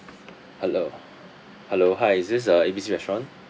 hello hello hi is this uh A B C restaurant